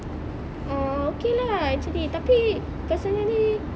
uh okay lah actually you tapi personally